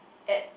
at